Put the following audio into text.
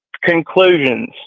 conclusions